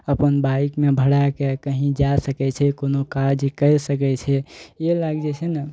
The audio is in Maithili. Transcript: अपन बाइकमे भरैके कहीं जा सकैत छै कोनो काज करि सकैत छै इएह लऽ कऽ जे छै ने